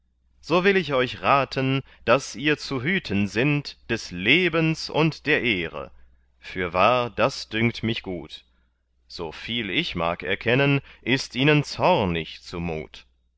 so will ich euch raten daß ihr zu hüten sinnt des lebens und der ehre fürwahr das dünkt mich gut soviel ich mag erkennen ist ihnen zornig zumut